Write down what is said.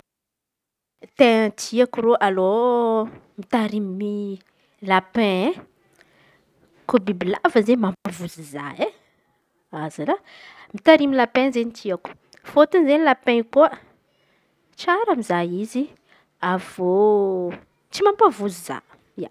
Tena tiako ro alô mitariny lapin e, kô bibilava zey mampifiny za e. Azalahy mitariny lapin zey tiako fôtony lapin io ko tsara mizaha izy avy eo tsy mampavozo za.